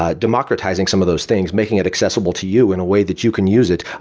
ah democratizing some of those things, making it accessible to you in a way that you can use it,